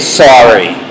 sorry